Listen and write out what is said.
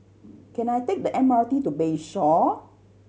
can I take the M R T to Bayshore